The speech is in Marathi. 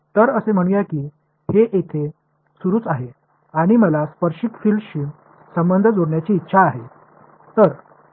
तर असे म्हणूया की हे येथे सुरूच आहे आणि मला स्पर्शिक फिल्डशी संबंध जोडण्याची इच्छा आहे